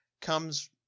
comes